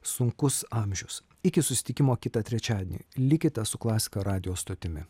sunkus amžius iki susitikimo kitą trečiadienį likite su klasika radijo stotimi